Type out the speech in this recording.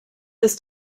ist